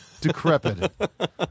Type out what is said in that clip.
decrepit